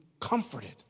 comforted